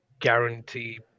guarantee